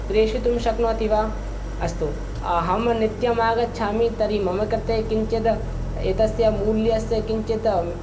प्रेषयितुं शक्नोति वा अस्तु अहं नित्यमागच्छामि तर्हि मम कृते किञ्चिद् एतस्य मूल्यस्य किञ्चित्